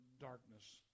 darkness